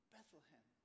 Bethlehem